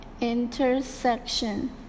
intersection